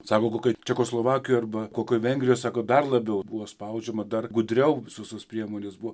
sako kokioj čekoslovakijoj arba kokioj vengrijoj sako dar labiau buvo spaudžiama dar gudriau visos tos priemonės buvo